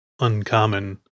uncommon